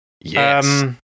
Yes